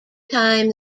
time